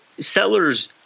sellers